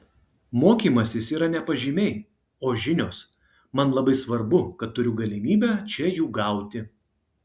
mokymasis yra ne pažymiai o žinios man labai svarbu kad turiu galimybę čia jų gauti